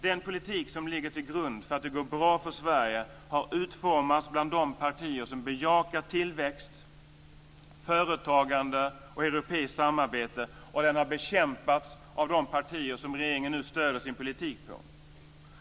Den politik som ligger till grund för att det går bra för Sverige har utformats bland de partier som bejakar tillväxt, företagande och europeiskt samarbete, och den har bekämpats av de partier som regeringen nu stöder sin politik på.